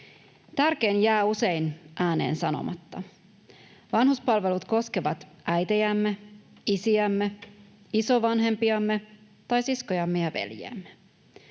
Tärkein jää usein ääneen sanomatta: vanhuspalvelut koskevat äitejämme, isiämme, isovanhempiamme tai siskojamme ja veljiämme.